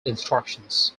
instructions